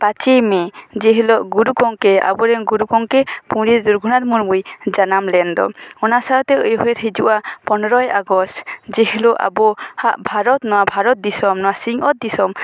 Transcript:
ᱯᱟᱪᱮᱭ ᱢᱮ ᱡᱮ ᱦᱤᱞᱳᱜ ᱜᱩᱨᱩ ᱜᱚᱢᱠᱮᱭ ᱟᱵᱚᱨᱮᱱ ᱜᱩᱨᱩ ᱜᱚᱢᱠᱮ ᱯᱚᱸᱰᱤᱛ ᱨᱟᱜᱷᱩᱱᱟᱛᱷ ᱢᱩᱨᱢᱩᱭ ᱡᱟᱱᱟᱢ ᱞᱮᱱ ᱫᱚ ᱚᱱᱟ ᱥᱟᱶᱛᱮ ᱩᱭᱦᱟᱹᱨ ᱦᱤᱡᱩᱜᱼᱟ ᱯᱚᱱᱮᱨᱳᱭ ᱟᱜᱚᱥᱴ ᱡᱮ ᱦᱤᱞᱳᱜ ᱟᱵᱚᱣᱟᱜ ᱵᱷᱟᱨᱚᱛ ᱱᱚᱣᱟ ᱵᱷᱟᱨᱚᱛ ᱫᱤᱥᱚᱢ ᱱᱚᱣᱟ ᱥᱤᱧ ᱚᱛ ᱫᱤᱥᱚᱢ